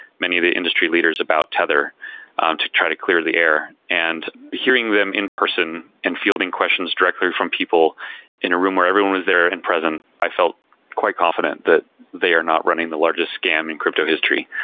many of the industry leaders about tether um to try to clear the air. and hearing them in person and fielding questions directly from people in a room where everyone was there and present, i felt quite confident that they are not running the largest scam in crypto history.